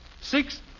six